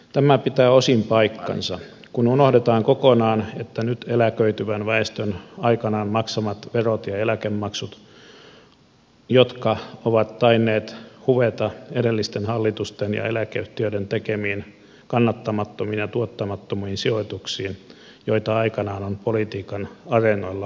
tämä pitää osin paikkansa kun unohdetaan kokonaan nyt eläköityvän väestön aikanaan maksamat verot ja eläkemaksut jotka ovat tainneet huveta edellisten hallitusten ja eläkeyhtiöiden tekemiin kannattamattomiin ja tuottamattomiin sijoituksiin joita aikanaan on politiikan areenoilla hehkutettu